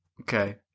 okay